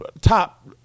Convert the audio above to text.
top